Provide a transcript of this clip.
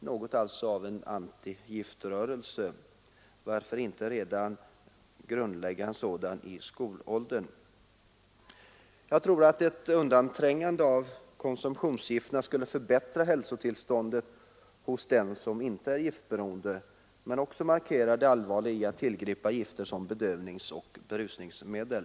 Något av en antigift rörelse. Varför inte grundlägga en sådan redan i skolåldern? Ett undanträngande av konsumtionsgifterna skulle förbättra hälsotillståndet hos dem som inte är giftberoende och också markera det allvarliga i att tillgripa gifter som bedövningseller berusningsmedel.